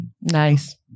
Nice